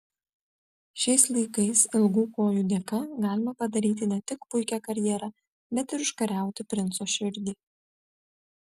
šiais laikais ilgų kojų dėka galima padaryti ne tik puikią karjerą bet ir užkariauti princo širdį